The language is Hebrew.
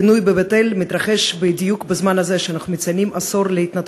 הפינוי בבית-אל מתרחש בדיוק בזמן הזה שאנחנו מציינים עשור להתנתקות.